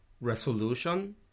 resolution